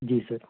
ਜੀ ਸਰ